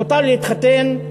מותר להתחתן,